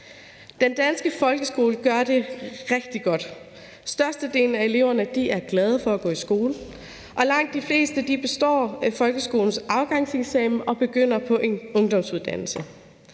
Den danske folkeskole gør det rigtig godt. Størstedelen af eleverne er glade for at gå i skole, og langt de fleste består folkeskolens afgangseksamen og begynder på en ungdomsuddannelse.